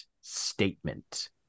statement